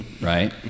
Right